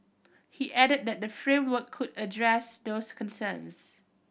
he added that the framework could address those concerns